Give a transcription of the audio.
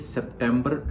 September